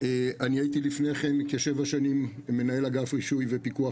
הייתי לפני כן מנהל אגף רישוי ופיקוח